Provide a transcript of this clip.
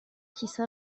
کیسه